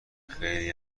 خیلی